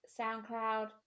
SoundCloud